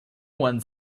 one